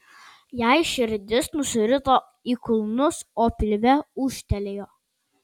jai širdis nusirito į kulnus o pilve ūžtelėjo